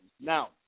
Now